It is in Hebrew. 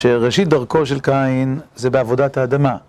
שראשית דרכו של קין זה בעבודת האדמה.